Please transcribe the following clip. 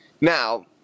now